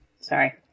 Sorry